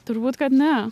turbūt kad ne